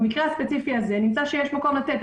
במקרה הספציפי הזה נמצא שיש מקום לתת.